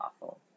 awful